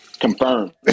Confirmed